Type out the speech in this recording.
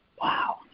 Wow